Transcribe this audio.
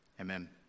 Amen